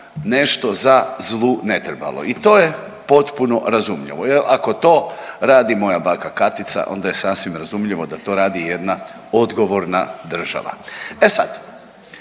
nešto za zlu ne trebalo i to je potpuno razumljivo. Jer ako to radi moja baka Katica, onda je sasvim razumljivo da to radi i jedna odgovorna država. E sad,